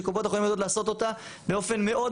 שקופות החולים יודעות לעשות אותה באופן מאוד